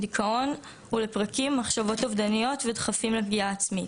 דיכאון ולפרקים מחשבות אובדניות ודחפים לפגיעה עצמית.